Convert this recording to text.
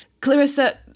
Clarissa